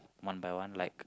one by one like